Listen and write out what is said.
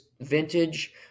vintage